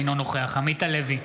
אינו נוכח עמית הלוי,